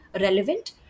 relevant